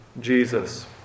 Jesus